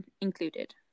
included